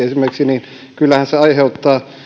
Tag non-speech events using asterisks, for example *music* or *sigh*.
*unintelligible* esimerkiksi julkisesti kyllähän se aiheuttaa